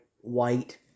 white